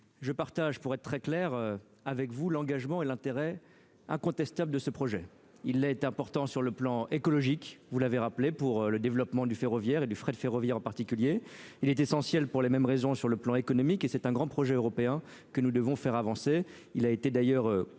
je partage pour être très clair avec vous, l'engagement et l'intérêt incontestable de ce projet, il est important sur le plan écologique, vous l'avez rappelé pour le développement du ferroviaire et du fret ferroviaire, en particulier, il est essentiel pour les mêmes raisons, sur le plan économique et c'est un grand projet européen que nous devons faire avancer, il a été d'ailleurs